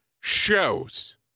shows